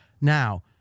Now